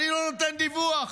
אני לא נותן דיווח.